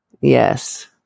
Yes